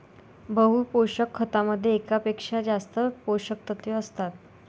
बहु पोषक खतामध्ये एकापेक्षा जास्त पोषकतत्वे असतात